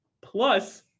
Plus